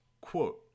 Quote